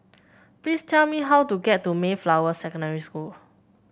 please tell me how to get to Mayflower Secondary School